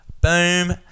Boom